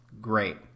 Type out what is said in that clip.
great